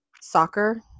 soccer